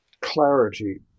Clarity